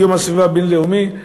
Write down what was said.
יום הסביבה הבין-לאומי,